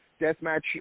deathmatch